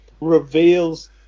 reveals